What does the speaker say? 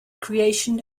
creation